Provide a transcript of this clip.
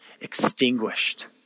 extinguished